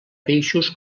peixos